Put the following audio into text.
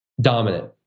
dominant